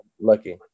lucky